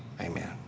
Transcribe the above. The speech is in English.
amen